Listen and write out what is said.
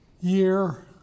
year